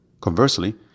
Conversely